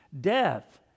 death